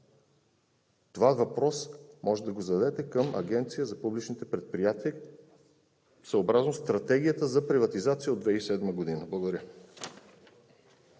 Този въпрос може да го зададете към Агенцията за публичните предприятия. …съобразно Стратегията за приватизация от 2007 г. Благодаря.